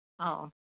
ꯑꯧ